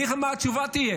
אני אגיד לכם מה התשובה תהיה: